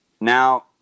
Now